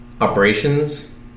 operations